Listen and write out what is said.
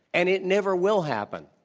and it never will happen.